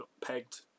pegged